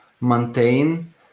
maintain